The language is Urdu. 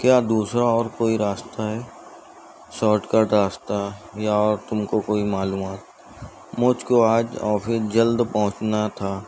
کیا دوسرا اور کوئی راستہ ہے شارٹ کٹ راستہ یا اور تم کو کوئی معلومات مجھ کو آج آفس جلد پہنچنا تھا